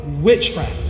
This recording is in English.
witchcraft